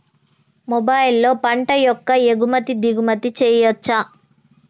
మొబైల్లో పంట యొక్క ఎగుమతి దిగుమతి చెయ్యచ్చా?